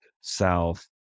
south